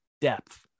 depth